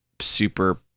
super